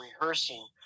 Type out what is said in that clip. rehearsing